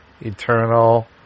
eternal